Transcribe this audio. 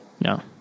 No